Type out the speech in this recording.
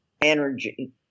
energy